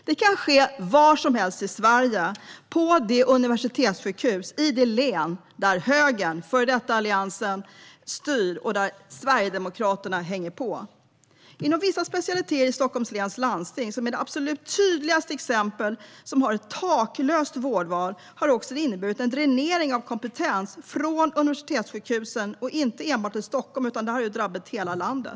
Det kan ske var som helst i Sverige på det universitetssjukhus och i det län där högern - före detta Alliansen - styr och där Sverigedemokraterna hänger på. Inom vissa specialiteter i Stockholms läns landsting, som är det absolut tydligaste exemplet och som har ett taklöst vårdval, har det också inneburit en dränering av kompetens från universitetssjukhusen. Det gäller inte enbart Stockholm, utan det har drabbat hela landet.